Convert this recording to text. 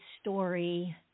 story